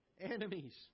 enemies